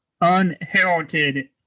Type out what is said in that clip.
unheralded